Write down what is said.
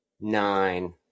Nine